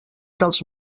dels